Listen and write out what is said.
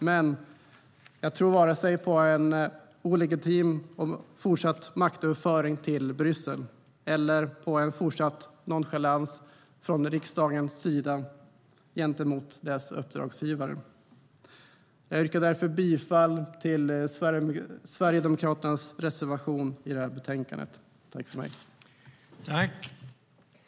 Men jag tror varken på en illegitim och fortsatt maktöverföring till Bryssel eller på en fortsatt nonchalans från riksdagens sida gentemot dess uppdragsgivare. Jag yrkar därför bifall till Sverigedemokraternas reservation i betänkandet. I detta anförande instämde Julia Kronlid .